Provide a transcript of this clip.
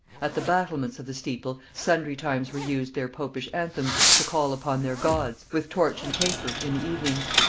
at the battlements of the steeple, sundry times were used their popish anthems, to call upon their gods, with torch and taper, in the evenings.